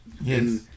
Yes